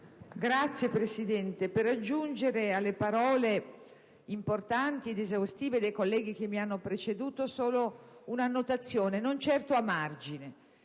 intervengo per aggiungere alle parole importanti ed esaustive dei colleghi che mi hanno preceduto solo una notazione, non certo a margine.